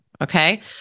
Okay